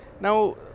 Now